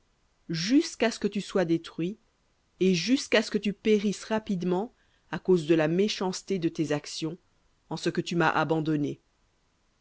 jusqu'à ce que tu sois détruit et jusqu'à ce que tu périsses rapidement à cause de la méchanceté de tes actions en ce que tu m'as abandonné